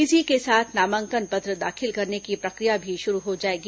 इसी के साथ नामांकन पत्र दाखिल करने की प्रक्रिया भी शुरू हो जाएगी